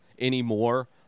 anymore